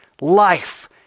life